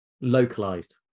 localized